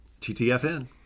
TTFN